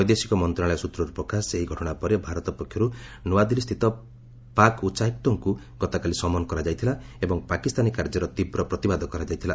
ବୈଦେଶିକ ମନ୍ତ୍ରଣାଳୟ ସୂତ୍ରରୁ ପ୍ରକାଶ ଯେ ଏହି ଘଟଣା ପରେ ଭାରତ ପକ୍ଷରୁ ନ୍ ଆଦିଲ୍ଲୀ ସ୍ଥିତ ପାକ୍ ଉଚାୟୁକ୍ତଙ୍କୁ ଗତକାଲି ସମନ କରାଯାଇଥିଲା ଏବଂ ପାକିସ୍ତାନୀ କାର୍ଯ୍ୟର ତୀବ୍ର ପ୍ରତିବାଦ କରାଯାଇଥିଲା